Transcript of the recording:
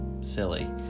silly